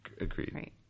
Agreed